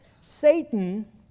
Satan